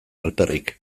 alferrik